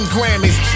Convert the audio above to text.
Grammys